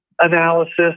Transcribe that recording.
analysis